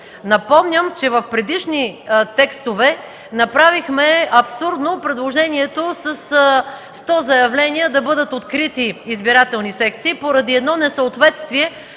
Напомням, че в предишни текстове направихме абсурдно предложението – със 100 заявления да бъдат открити избирателни секции, поради едно несъответствие,